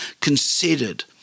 considered